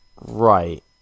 Right